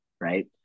right